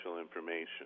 information